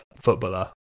footballer